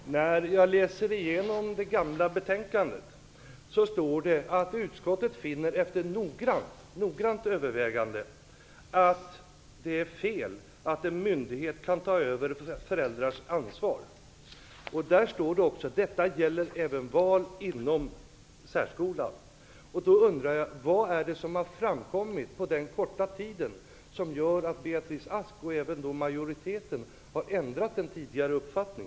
Fru talman! När jag läser igenom det gamla betänkandet står det: Utskottet finner efter noggrant övervägande att det är fel att en myndighet kan ta över föräldrars ansvar. Där står det också: Detta gäller även val inom särskolan. Då undrar jag vad det är som har framkommit på den korta tiden som gör att Beatrice Ask, och även majoriteten, har ändrat uppfattning.